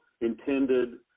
intended